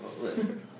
Listen